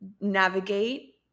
navigate